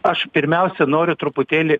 aš pirmiausia noriu truputėlį